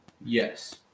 Yes